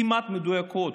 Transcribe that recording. כמעט מדויקות,